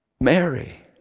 Mary